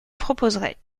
proposerais